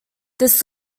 this